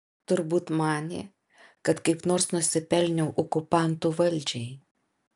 turbūt manė kad kaip nors nusipelniau okupantų valdžiai